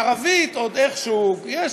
בערבית עוד איכשהו יש,